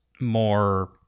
more